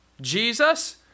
Jesus